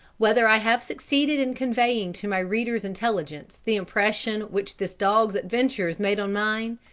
whether i have succeeded in conveying to my readers' intelligence the impression which this dog's adventures made on mine,